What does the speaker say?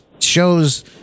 shows